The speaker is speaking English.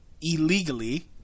Illegally